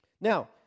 Now